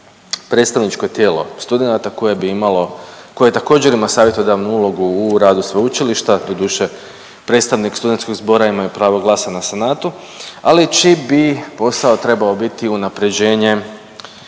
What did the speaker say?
predstavničko tijelo studenata koje bi imalo, koje također ima savjetodavnu ulogu u radu sveučilišta, doduše predstavnik Studentskog zbora imaju pravo glasa na Senatu, ali čiji bi posao trebao biti unapređenje